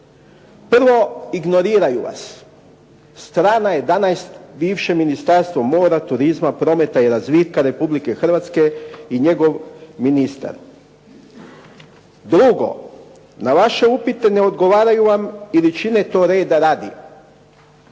Prvo, ignoriraju vas, strana 11, bivše Ministarstvo mora, turizma, prometa i razvitka Republike Hrvatske i njegov ministar. Drugo, na vaše upite ne odgovaraju vam ili čine to reda radi.